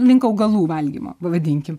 link augalų valgymo pavadinkim